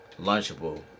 Lunchable